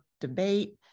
debate